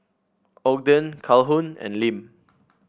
Ogden Calhoun and Lim